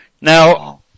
Now